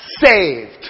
saved